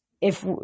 If-